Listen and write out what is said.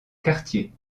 cartier